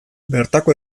bertako